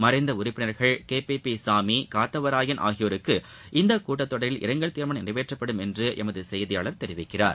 மறைந்த உறுப்பினர்கள் K P P Sami Kathavarayan ஆகியோருக்கு இந்த கூட்டத்தொடரில் இரங்கல் தீர்மானம் நிறைவேற்றப்படும் என்று எமது செய்தியாளர் தெரிவிக்கிறார்